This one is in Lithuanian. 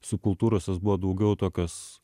subkultūros jos buvo daugiau tokios